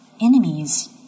enemies